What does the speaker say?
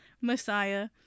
Messiah